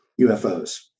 UFOs